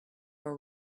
are